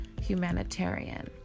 humanitarian